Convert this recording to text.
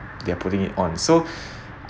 they are putting it on so